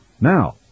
Now